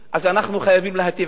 אז אנחנו חייבים להיטיב עם הדרוזים.